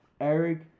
Eric